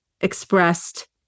expressed